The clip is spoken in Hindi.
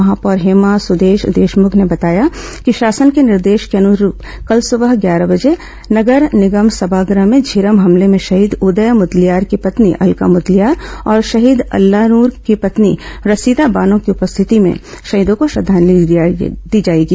महापौर हेमा सुदेश देशमुख ने बताया कि शासन के निर्देश के अनुरूप कल सुबह ग्यारह बजे नगर निगम सभागृह में झीरम हमर्ले में शहीद उदय मुदलियार की पत्नी अलका मुदलियार और शहीद अल्लानूर की पत्नी रसिदा बानो की उपस्थिति में शहीदों को श्रद्वांजलि दी जाएगी